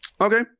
Okay